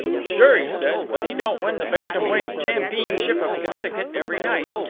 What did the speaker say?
sure, he said, but he don't win the bantam-weight champeenship of connecticut every night.